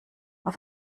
auf